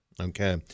Okay